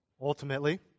Ultimately